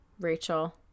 Rachel